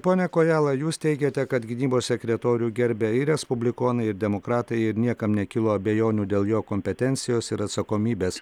pone kojala jūs teigiate kad gynybos sekretorių gerbia ir respublikonai ir demokratai ir niekam nekilo abejonių dėl jo kompetencijos ir atsakomybės